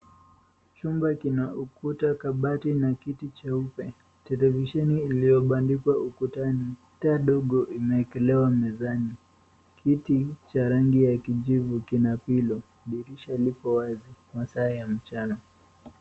Chumba kina ukuta, kabati na kiti cheupe. Televisheni iliyobandikwa ukutani, taa ndogo imewekelewa mezani. Kiti cha rangi ya kijivu kina pillow .Dirisha liko wazi. Masaa ya mchana.